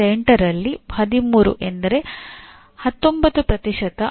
ಯಾವುದೇ ಮಾನ್ಯತೆ ಪ್ರಕ್ರಿಯೆಯ ಆಧಾರವಾಗಿರುವ ನಂಬಿಕೆ ಅದು